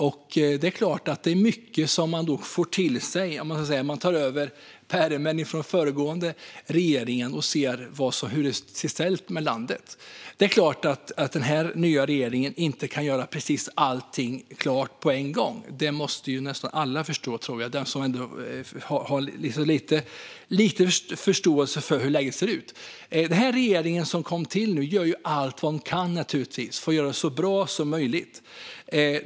Det är klart att det är mycket som man då får till sig. Man tar så att säga över pärmen från föregående regering och ser hur det är ställt med landet. Det är självklart att den nya regeringen inte kan göra allting färdigt på en gång. Det förstår nog alla som har lite insikt i hur läget ser ut. Den regering som nu har tillträtt gör allt man kan för att göra det så bra som möjligt.